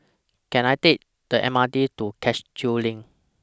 Can I Take The M R T to Cashew LINK